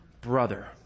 brother